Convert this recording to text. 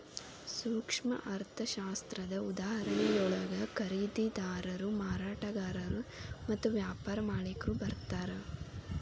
ಸೂಕ್ಷ್ಮ ಅರ್ಥಶಾಸ್ತ್ರದ ಉದಾಹರಣೆಯೊಳಗ ಖರೇದಿದಾರರು ಮಾರಾಟಗಾರರು ಮತ್ತ ವ್ಯಾಪಾರ ಮಾಲಿಕ್ರು ಬರ್ತಾರಾ